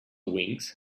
wings